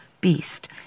beast